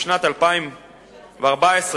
בשנת 2014,